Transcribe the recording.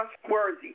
trustworthy